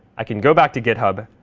i can go back to github,